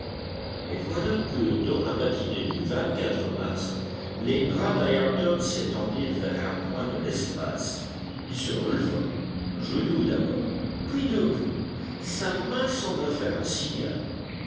mais voilà que dans la matinée du mars les bras d'ayrton s'étendirent vers un point de l'espace il se releva à genoux d'abord puis debout sa main sembla faire un signal